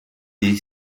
des